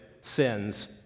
sins